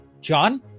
John